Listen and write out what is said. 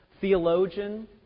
theologian